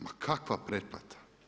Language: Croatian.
Ma kakva pretplata?